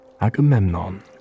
Agamemnon